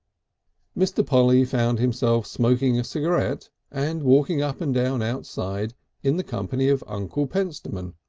mr. polly found himself smoking a cigarette and walking up and down outside in the company of uncle pentstemon,